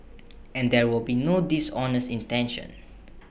and there will be no dishonest intention